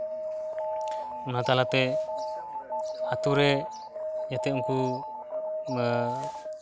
ᱚᱱᱟ ᱛᱟᱞᱟ ᱛᱮ ᱟᱛᱳ ᱨᱮ ᱡᱟᱛᱮ ᱩᱱᱠᱩ ᱵᱟ